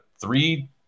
three